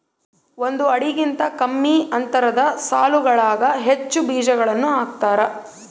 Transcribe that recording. ಒಂದು ಅಡಿಗಿಂತ ಕಮ್ಮಿ ಅಂತರದ ಸಾಲುಗಳಾಗ ಹೆಚ್ಚು ಬೀಜಗಳನ್ನು ಹಾಕ್ತಾರ